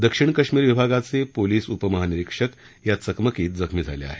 दक्षिण कश्मीर विभागाचे पोलीस उपमहानिरीक्षक या चकमकीत जखमी झाले आहेत